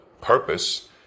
purpose